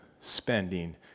spending